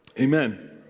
Amen